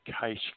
case